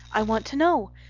i want to know.